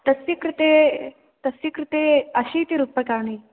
तस्य कृते तस्य कृते अशीतिरूप्यकाणि